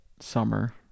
summer